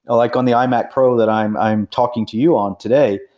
ah like on the imac pro that i'm i'm talking to you on today,